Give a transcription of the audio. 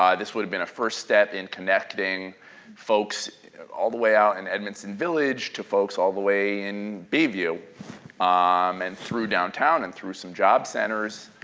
um this would have been a first step in connecting folks all the way out in and edmondson village to folks all the way in bayview um and through downtown, and through some job centers.